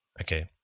okay